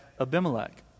Abimelech